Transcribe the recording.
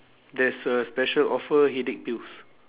there's a special offer headache pills